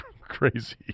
Crazy